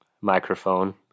microphone